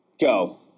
go